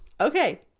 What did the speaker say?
okay